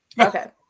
Okay